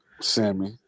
Sammy